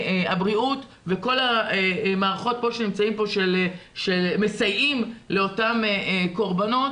הבריאות וכל המערכות שנמצאות כאן ומסייעות לאותם קורבנות,